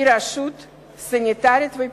היא הרשות הסניטרית-אפידמיולוגית,